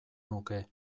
nuke